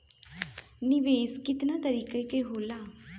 निवेस केतना तरीका के होला?